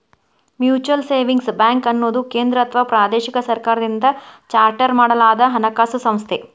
mutual savings ಬ್ಯಾಂಕ್ಅನ್ನುದು ಕೇಂದ್ರ ಅಥವಾ ಪ್ರಾದೇಶಿಕ ಸರ್ಕಾರದಿಂದ ಚಾರ್ಟರ್ ಮಾಡಲಾದಹಣಕಾಸು ಸಂಸ್ಥೆ